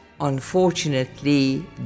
unfortunately